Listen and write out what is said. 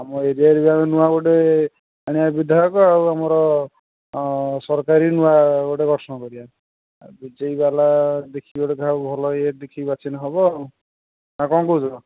ଆମ ଏରିଆରେ ଏବେ ନୂଆ ଗୋଟେ ଆଣିବା ବିଧାୟକ ଆଉ ଆମର ସରକାରୀ ନୂଆ ଗୋଟେ ଗଠନ କରିବା ଆଉ ବିଜେପି ବାଲା ଦେଖି ଗୋଟେ କାହାକୁ ଭଲ ଇଏ ଦେଖିକି ବାଛିଲେ ହେବ ଆଉ ନା କ'ଣ କହୁଛ